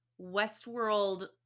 Westworld